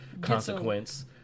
consequence